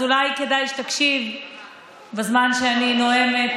אז אולי כדאי שתקשיב בזמן שאני נואמת.